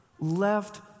left